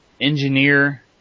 engineer